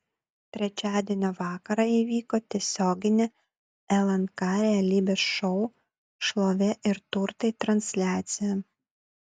trečiadienio vakarą įvyko tiesioginė lnk realybės šou šlovė ir turtai transliacija